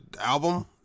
album